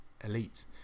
elite